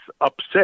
upset